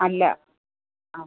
അല്ല ആ